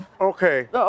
Okay